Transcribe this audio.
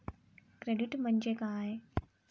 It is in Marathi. क्रेडिट म्हणजे काय?